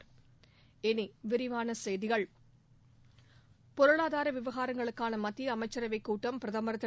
இனி விரிவான செய்திகள் பொருளாதார விவகாரங்களுக்கான மத்திய அமைச்சரவைக் கூட்டம் பிரதமர் திரு